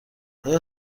آیا